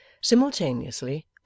Simultaneously